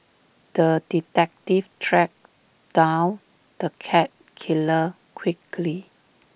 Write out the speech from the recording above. the detective tracked down the cat killer quickly